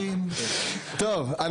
טוב,